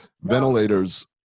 Ventilators